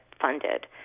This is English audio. funded